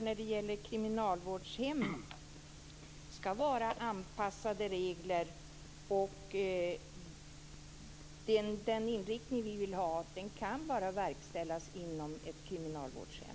När det gäller kriminalvårdshemmen skall det vara anpassade regler. Den inriktning vi vill ha kan bara verkställas inom ett kriminalvårdshem.